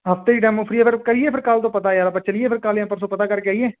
ਹਫ਼ਤੇ ਦੀ demo free ਹੈ ਫਿਰ ਕਰੀਏ ਫਿਰ ਕੱਲ੍ਹ ਤੋਂ ਪਤਾ ਯਾਰ ਆਪਾਂ ਚਲੀਏ ਫਿਰ ਕੱਲ੍ਹ ਜਾਂ ਪਰਸੋਂ ਪਤਾ ਕਰਕੇ ਆਈਏ